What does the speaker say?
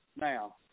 now